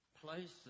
places